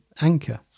anchor